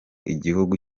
igihugu